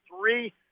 three